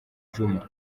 djuma